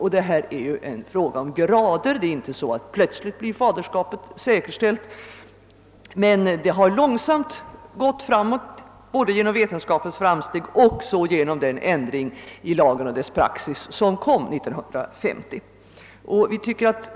Här är det en fråga om grader; faderskapet blir inte plötsligt säkerställt, men det har långsamt gått framåt både genom vetenskapens framsteg och genom den ändring i lagen och dess praxis som infördes 1950.